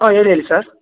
ಹಾಂ ಹೇಳಿ ಹೇಳಿ ಸರ್